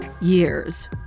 years